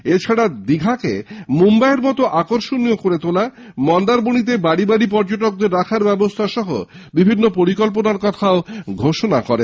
এছাড়া দীঘাকে মুম্বাই এর মত আকর্ষণীয় করে তোলা মন্দারমণিতে বাড়ি বাড়ি পর্যটকদের রাখার ব্যবস্থা সহ বিভিন্ন পরিকল্পনার কথা ঘোষণা করেন